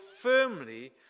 firmly